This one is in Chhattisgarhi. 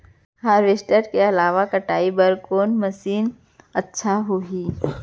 हारवेस्टर के अलावा कटाई बर कोन मशीन अच्छा होही?